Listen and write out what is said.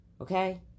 Okay